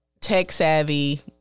tech-savvy